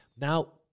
now